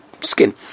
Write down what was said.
Skin